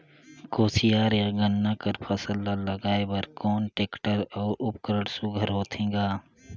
कोशियार या गन्ना कर फसल ल लगाय बर कोन टेक्टर अउ उपकरण सुघ्घर होथे ग?